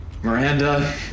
Miranda